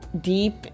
deep